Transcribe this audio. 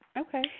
Okay